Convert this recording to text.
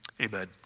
amen